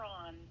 on